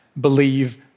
believe